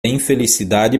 infelicidade